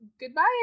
goodbye